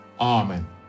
Amen